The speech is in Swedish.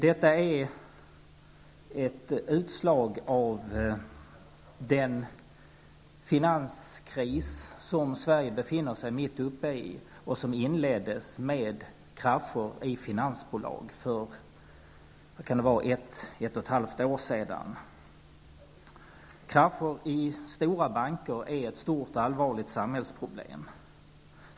Detta är ett utslag av den finanskris som Sverige befinner sig mitt uppe i och som inleddes med krascher i finansbolag för ett eller ett och ett halvt år sedan. Krascher i stora banker är ett stort och allvarligt samhällsproblem.